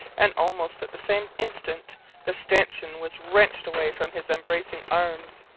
and almost at the same instant the stanchion was wrenched away from his embracing arms.